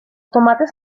tomates